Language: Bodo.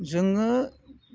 जोङो